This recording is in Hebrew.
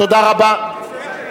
תודה רבה.